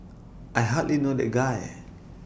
I hardly know that guy